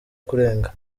kurenga